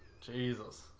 Jesus